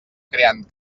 creant